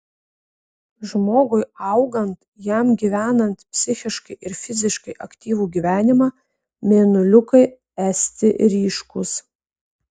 žmogui augant jam gyvenant psichiškai ir fiziškai aktyvų gyvenimą mėnuliukai esti ryškūs